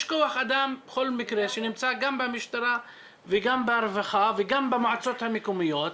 יש כוח אדם בכל מקרה שנמצא גם במשטרה וגם ברווחה וגם במועצות המקומיות,